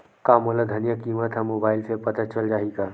का मोला धनिया किमत ह मुबाइल से पता चल जाही का?